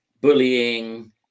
bullying